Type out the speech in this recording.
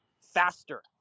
faster